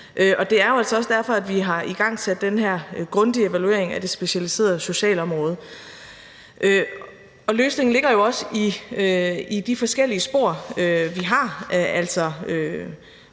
Det er jo altså også derfor, at vi har igangsat den her grundige evaluering af det specialiserede socialområde. Og løsningen ligger jo også i de forskellige spor, vi har. Altså,